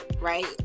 right